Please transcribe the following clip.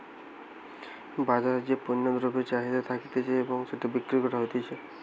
বাজারে যেই পণ্য দ্রব্যের চাহিদা থাকতিছে এবং সেটা বিক্রি করা হতিছে